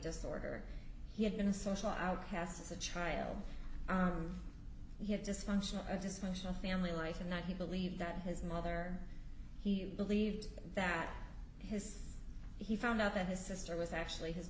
disorder he had been a social outcast a child he had dysfunctional a dysfunctional family life and that he believed that his mother he believed that his he found out that his sister was actually h